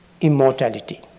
immortality